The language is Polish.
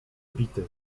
bity